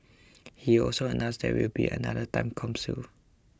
he also announced there will be another time capsule